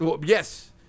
Yes